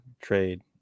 trade